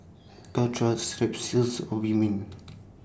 Caltrate Strepsils Obimin